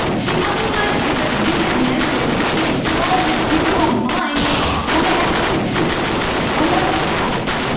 she had this idea that vivd memories could be implanted in your mind when they actually didn't happen when they were false.